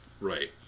Right